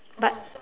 but